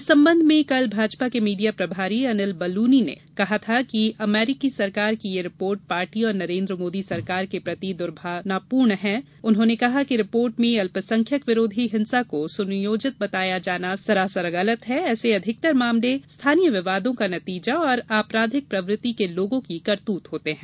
इस संबंध में कल भाजपा के मीडिया प्रभारी अनिल बलूनी ने कहा कि अमरीकी सरकार की यह रिपोर्ट पार्टी और नरेन्द्र मोदी सरकार के प्रति दुर्भावनापूर्ण हैं उन्होंने कहा कि रिपोर्ट में अल्पसंख्यक विरोधी हिंसा को सुनियोजित बताया जाना सरासर गलत हैं ऐसे अधिकतर मामले स्थानीय विवादों का नतीजा और आपराधिक प्रवृति के लोगों की करतूत होते हैं